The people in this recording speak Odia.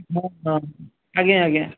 ହଁ ହଁ ଆଜ୍ଞା ଆଜ୍ଞା